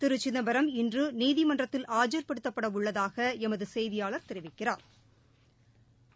திரு சிதம்பரம் இன்று நீதிமன்றத்தில் ஆஜா்படுத்தப்பட உள்ளதாக எமது செய்தியாளா் தெரிவிக்கிறாா்